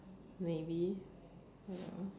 maybe ya